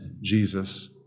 Jesus